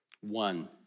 One